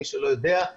מי שלא יודע,